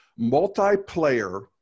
multiplayer